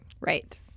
Right